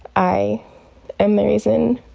i am the reason